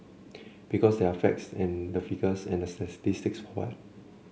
because where are the facts and the figures and the statistics for that